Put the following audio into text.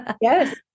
Yes